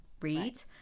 read